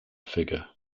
figure